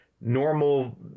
normal